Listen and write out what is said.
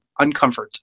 uncomfort